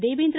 Devendra